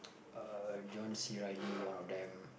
uh John-C-Reilly one of them